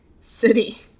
City